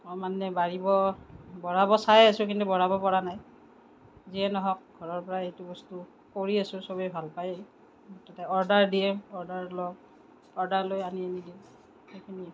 মই মানে বাঢ়িব বঢ়াব চাই আছোঁ কিন্তু বঢ়াব পৰা নাই যিয়েই নহওঁক ঘৰৰ পৰা এইটো বস্তু কৰি আছোঁ চবেই ভাল পায় অৰ্ডাৰ দিয়ে অৰ্ডাৰ লওঁ অৰ্ডাৰ লৈ আনি সেইখিনি